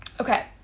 Okay